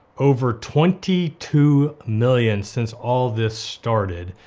over twenty two million since all this started.